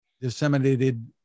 disseminated